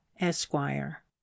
esquire